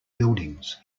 buildings